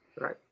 right